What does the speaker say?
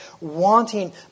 wanting